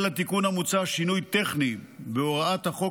התיקון המוצע כולל שינוי טכני בהוראת החוק